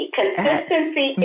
consistency